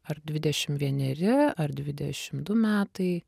ar dvidešimt vieneri ar dvidešimt du metai